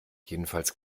jedenfalls